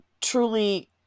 truly